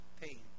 pain